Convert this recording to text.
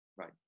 right